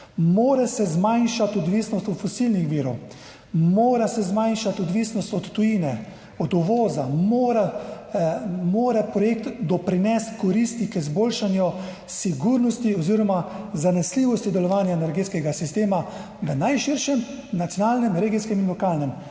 Mora se zmanjšati odvisnost od fosilnih virov, mora se zmanjšati odvisnost od tujine, od uvoza, projekt mora doprinesti koristi k izboljšanju sigurnosti oziroma zanesljivosti delovanja energetskega sistema na najširšem nacionalnem, regijskem in lokalnem